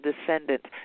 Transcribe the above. descendant